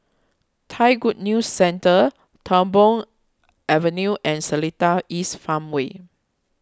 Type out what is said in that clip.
Thai Good News Centre Tung Po Avenue and Seletar East Farmway